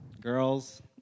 girls